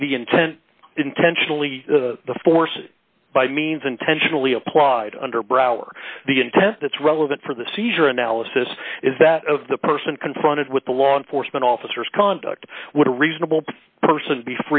the intent intentionally the force by means intentionally applied under brower the intent that's relevant for the seizure analysis is that of the person confronted with the law enforcement officers conduct what a reasonable person